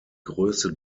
größe